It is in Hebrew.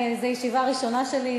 זו ישיבה ראשונה שלי,